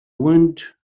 wound